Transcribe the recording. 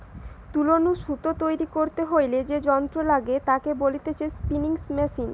তুলো নু সুতো তৈরী করতে হইলে যে যন্ত্র লাগে তাকে বলতিছে স্পিনিং মেশিন